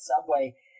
Subway